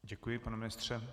Děkuji, pane ministře.